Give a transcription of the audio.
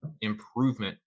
improvement